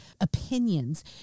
opinions